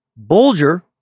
Bulger